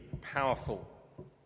powerful